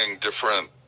different